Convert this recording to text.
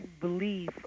believe